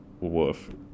woof